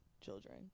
children